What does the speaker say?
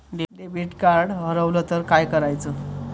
Debit card हरवल तर काय करायच?